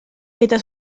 eta